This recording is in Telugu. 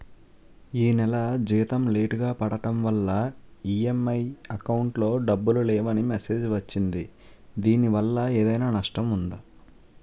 ఈ నెల జీతం లేటుగా పడటం వల్ల ఇ.ఎం.ఐ అకౌంట్ లో డబ్బులు లేవని మెసేజ్ వచ్చిందిదీనివల్ల ఏదైనా నష్టం ఉందా?